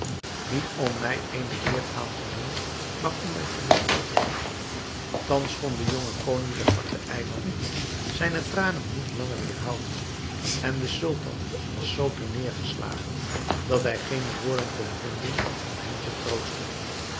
niet om mij eene eer aan te doen maar om mij te bespotten thans kon de jonge koning der zwarte eilanden zijne tranen niet langer weêrhouden en de sultan was zoo ter neergeslagen dat hij geene woorden kon vinden om hem te troosten